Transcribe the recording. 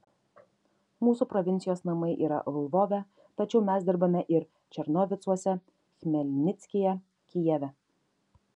mūsų provincijos namai yra lvove tačiau mes dirbame ir černovicuose chmelnickyje kijeve